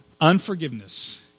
Unforgiveness